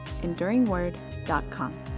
EnduringWord.com